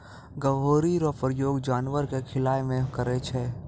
गभोरी रो प्रयोग जानवर के खिलाय मे करै छै